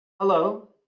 Hello